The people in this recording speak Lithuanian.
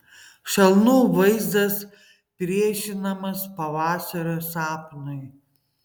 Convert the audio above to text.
šalnų vaizdas priešinamas pavasario sapnui